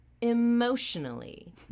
emotionally